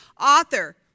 author